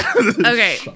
Okay